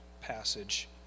passage